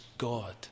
God